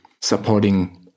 supporting